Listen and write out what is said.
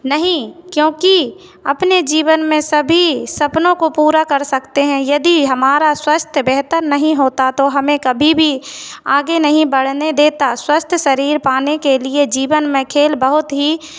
नहीं क्योंकि अपने जीवन में सभी सपनों को पूरा कर सकते हैं यदि हमारा स्वास्थ्य बेहतर नहीं होता तो हमें कभी भी आगे नहीं बढ़ने देता स्वस्थ शरीर पाने के लिए जीवन में खेल बहुत ही